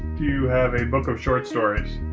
do you have a book of short stories?